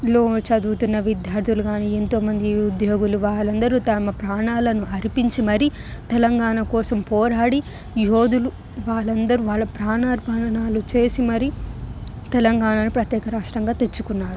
లో చదువుతున్న విద్యార్థులు ఎంతోమంది ఉద్యోగులు వాళ్ళందరూ తమ ప్రాణాలను అర్పించి మరి తెలంగాణ కోసం పోరాడిన యోధులు వాళ్ళందరూ వాళ్ళ ప్రాణార్పణాలు మరి తెలంగా ప్రత్యేక రాష్ట్రంగా తెచ్చుకున్నారు